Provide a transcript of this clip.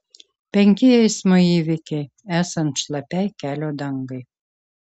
penki eismo įvykiai esant šlapiai kelio dangai